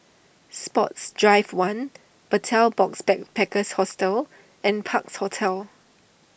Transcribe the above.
Sports Drive one Betel Box Backpackers Hostel and Parks Hotel